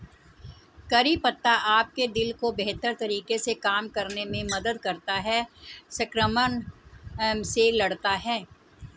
करी पत्ता आपके दिल को बेहतर तरीके से काम करने में मदद करता है, संक्रमण से लड़ता है